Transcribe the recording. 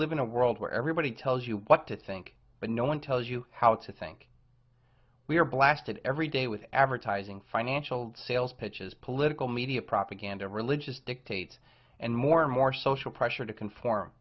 live in a world where everybody tells you what to think but no one tells you how to think we are blasted every day with advertising financial sales pitches political media propaganda religious dictate and more and more social pressure to conform